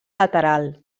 lateral